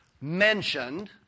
mentioned